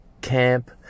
camp